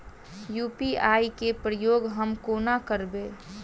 UPI केँ प्रयोग हम कोना करबे?